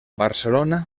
barcelona